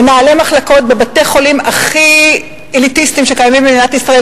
מנהלי מחלקות בבתי-חולים הכי אליטיסטיים שקיימים במדינת ישראל,